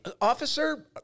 officer